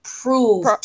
prove